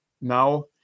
Now